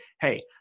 hey